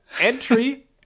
Entry